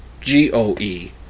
G-O-E